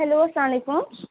hello السلام علیکُم